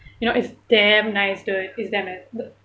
you know it's damn nice dude it's damn nice